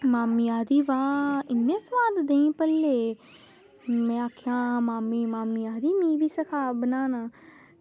मामी आक्खदी वाह् इन्ने सोआद देहीं भल्ले में आक्खेआ आं मामी मामी आक्खदी मिगी बी सखाऽ बनाना देहीं भल्ले